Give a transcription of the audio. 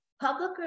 public